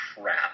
crap